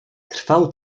trwał